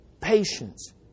patience